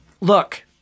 look